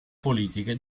politiche